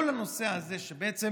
כל הנושא הזה שבעצם